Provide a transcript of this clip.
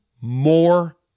more